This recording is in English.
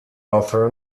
author